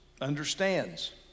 understands